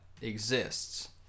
exists